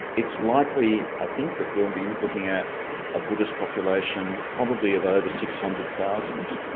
it's likely, i think, that we'll be looking at a buddhist population probably of over six hundred thousand.